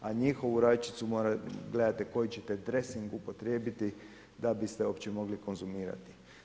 A njihovu rajčicu, morate gledati koji ćete dresing upotrijebiti da biste uopće mogli konzumirati.